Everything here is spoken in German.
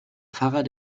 pfarrer